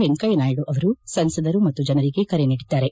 ವೆಂಕಯ್ಯ ನಾಯ್ದು ಅವರು ಸಂಸದರು ಮತ್ತು ಜನರಿಗೆ ಕರೆ ನೀಡಿದ್ದಾರೆ